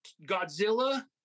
Godzilla